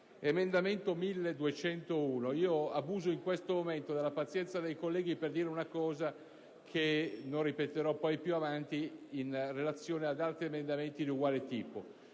l'emendamento 1.201, abuso in questo momento della pazienza dei colleghi per fare una considerazione che non ripeterò poi più avanti in relazione ad altri emendamenti di uguale tipo.